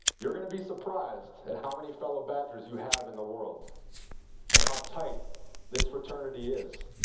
you're going to be surprised at how many fellow badgers you have in the world and how tight this fraternity is.